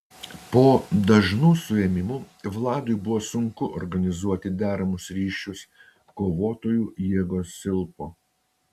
po dažnų suėmimų vladui buvo sunku organizuoti deramus ryšius kovotojų jėgos silpo